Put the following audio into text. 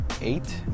eight